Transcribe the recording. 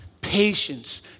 patience